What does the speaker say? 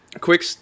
quick